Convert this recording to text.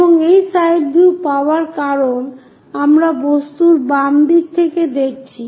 এবং এই side view পাওয়ার কারণ আমরা বস্তুর বাম দিক থেকে দেখছি